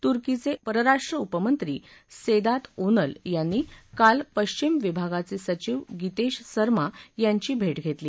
तुर्कीचे परराष्ट्र उपमंत्री Sedat Onal यांनी काल पश्चिम विभागाचे सचीव गितेश सर्मा यांची भेट घेतली